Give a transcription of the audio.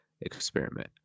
experiment